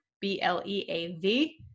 B-L-E-A-V